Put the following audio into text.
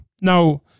now